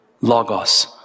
Logos